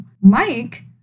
Mike